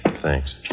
Thanks